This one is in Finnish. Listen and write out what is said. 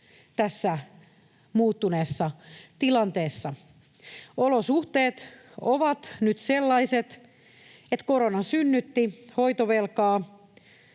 tässä muuttuneessa tilanteessa. Olosuhteet ovat nyt sellaiset, että korona synnytti hoitovelkaa,